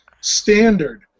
standard